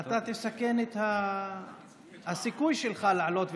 אתה תסכן את הסיכוי שלך לעלות ולהתנגד,